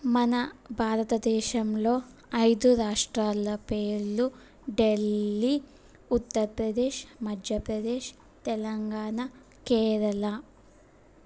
మన భారతదేశంలో ఐదు రాష్ట్రాల పేర్లు ఢిల్లీ ఉత్తర్ప్రదేశ్ మధ్యప్రదేశ్ తెలంగాణ కేరళ